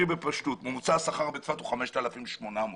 ממוצע השכר בצפת הוא 5,800 שקלים.